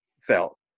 felt